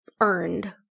earned